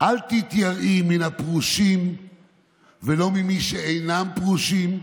"אל תתיראי מן הפרושין ולא ממי שאינן פרושין,